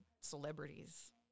celebrities